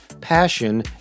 Passion